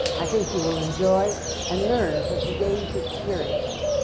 i think you will enjoy and learn from today's experience.